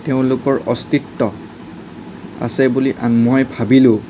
তেওঁলোকৰ অস্তিত্ব আছে বুলি মই ভাবিলেও